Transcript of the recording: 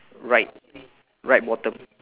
right right bottom